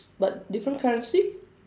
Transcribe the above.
but different currency